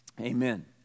Amen